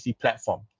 platform